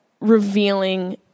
Revealing